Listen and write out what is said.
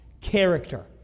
character